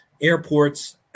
airports